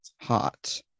Hot